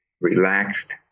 relaxed